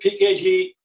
PKG